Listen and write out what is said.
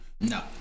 No